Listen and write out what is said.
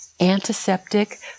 antiseptic